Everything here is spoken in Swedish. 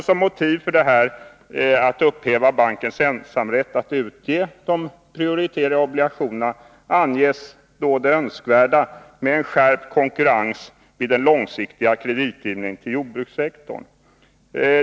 Som motiv för att upphäva bankens ensamrätt att utge de prioriterade obligationerna anges det önskvärda med en skärpt konkurrens vid den långsiktiga kreditgivningen till jordbrukssektorn.